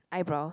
eyebrow